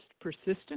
persistent